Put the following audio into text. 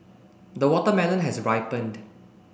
the watermelon has ripened